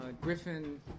Griffin